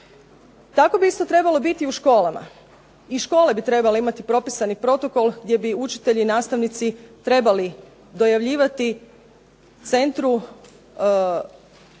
Tako bi isto tako trebalo biti u školama, i škole bi trebale imati propisani protokol gdje bi učitelji i nastavnici trebali prijavljivati centru što